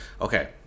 okay